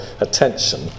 attention